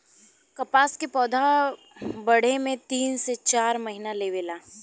कपास के पौधा बढ़े में तीन से चार महीना लेवे ला